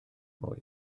mwy